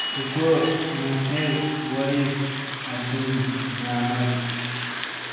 ꯁꯨꯛꯀꯨꯔ ꯅꯁꯤꯔ ꯋꯥꯔꯤꯁ ꯑꯞꯗꯨꯜ ꯅ꯭ꯌꯥꯃꯠ